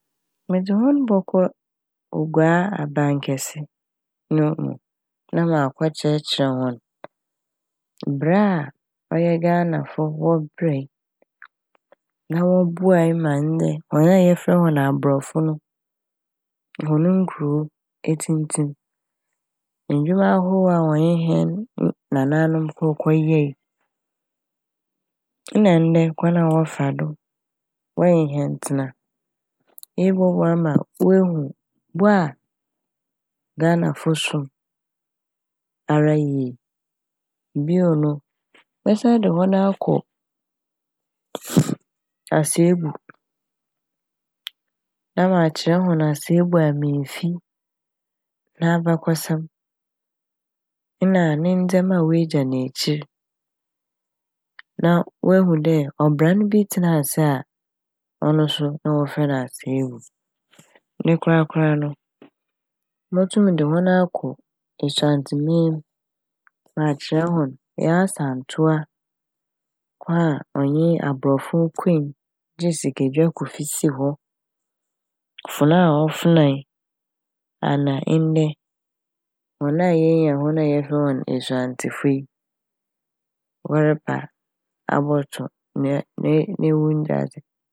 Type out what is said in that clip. Medze hɔn bɔkɔ Oguaa Abankɛse no mu na makɔkyerɛkyerɛ hɔn berɛ a ɔyɛ a Ghanafo wɔberɛe na wɔboae ma ndɛ hɔn a yɛfrɛ hɔn aborɔfo no hɔn nkurow etsimtsim. Ndwuma ahorow a wɔnye hɛn nanaanom wɔkɔyɛe nna ndɛ kwan a wɔfa do wɔnye hɛn tsena. Iyi bɔboa ma woehu bo a Ghanafo som ara yie. Bio no mɛsan de hɔn akɔn Aseebu na makyerɛ hɔn Aseebu Amemfi n'abakɔsɛm nna ne ndzɛma oegya n' ekyir na oehu dɛ ɔbran bi tsenaa ase a ɔno so na wɔfrɛ no Aseebu. Ne korakoraa motum nye hɔn akɔ Esuantsemem na makyerɛ hɔn Yaa Asantewaa ko a ɔnye aborɔfo koe gyee Sikadwa Kofi sii hɔ, fona a ɔfonae ana ndɛ hɔn yenya hɔn a wɔfrɛ hɔn Esuantsefo wɔreba abɔto ne - n'ewungyadze.